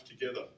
Together